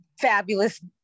fabulous